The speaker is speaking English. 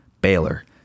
Baylor